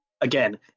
Again